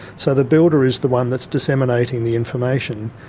so the builder is the one that's disseminating the information,